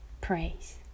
praise